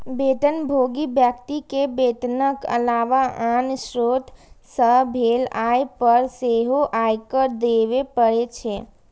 वेतनभोगी व्यक्ति कें वेतनक अलावा आन स्रोत सं भेल आय पर सेहो आयकर देबे पड़ै छै